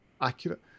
accurate